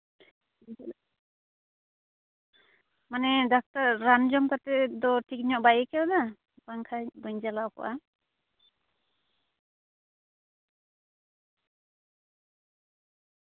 ᱢᱟᱱᱮ ᱰᱟᱠᱛᱟᱨ ᱨᱟᱱ ᱡᱚᱢ ᱠᱟᱛᱮᱫ ᱫᱚ ᱴᱷᱤᱠ ᱧᱚᱜ ᱵᱟᱭ ᱟᱹᱭᱠᱟᱹᱣᱫᱟ ᱵᱟᱝᱠᱷᱟᱱ ᱵᱟᱹᱧ ᱪᱟᱞᱟᱣ ᱠᱚᱜᱼᱟ